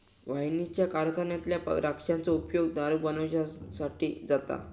वाईनच्या कारखान्यातल्या द्राक्षांचो उपयोग दारू बनवच्यासाठी जाता